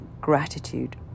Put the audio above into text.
gratitude